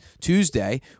Tuesday